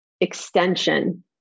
extension